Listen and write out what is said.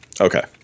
Okay